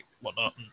whatnot